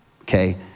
okay